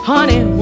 Honey